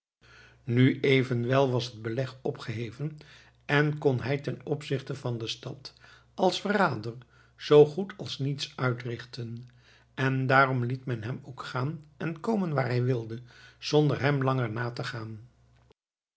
nu evenwel was het beleg opgeheven en kon hij ten opzichte van de stad als verrader zoo goed als niets uitrichten en daarom liet men hem ook gaan en komen waar hij wilde zonder hem langer na te gaan